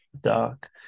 dark